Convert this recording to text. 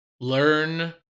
learn